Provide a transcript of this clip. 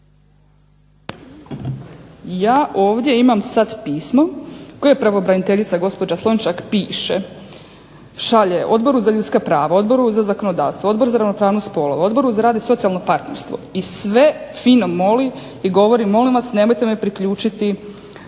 Ja ovdje sad imam pismo koje pravobraniteljica gospođa Slunjšak piše, šalje Odboru za ljudska prava, Odbor za zakonodavstvo, Odboru za ravnopravnost spolova, Odboru za rad i socijalno partnerstvo i sve fino moli i govori molim vas nemojte me priključiti pučkom